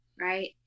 right